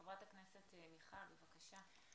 חברת הכנסת מיכל, בבקשה.